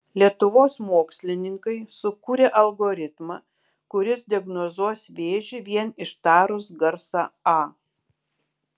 lietuvos mokslininkai sukūrė algoritmą kuris diagnozuos vėžį vien ištarus garsą a